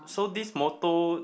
so this motto